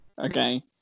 Okay